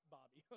Bobby